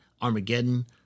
Armageddon